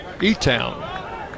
E-Town